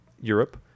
Europe